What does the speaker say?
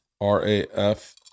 r-a-f